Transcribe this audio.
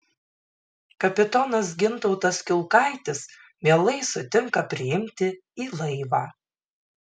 kapitonas gintautas kiulkaitis mielai sutinka priimti į laivą